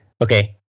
okay